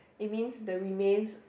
it means the remains